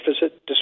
deficit